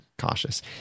cautious